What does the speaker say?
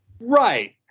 Right